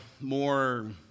more